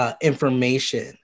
information